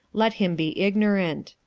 let him be ignorant.